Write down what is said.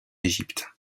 égypte